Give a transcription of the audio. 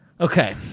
Okay